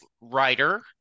writer